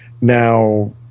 Now